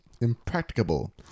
Impracticable